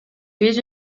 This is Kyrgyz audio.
биз